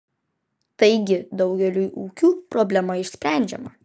taigi daugeliui ūkių problema išsprendžiama